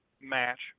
match